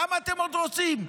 כמה עוד אתם רוצים?